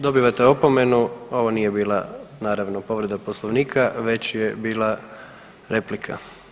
Dobivate opomenu, ovo nije bila naravno povreda Poslovnika već je bila replika.